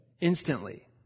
Instantly